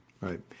Right